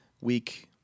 week